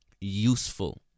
useful